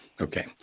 okay